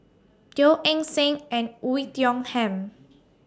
Teo Eng Seng and Oei Tiong Ham